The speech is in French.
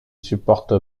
supporte